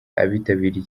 abitabiriye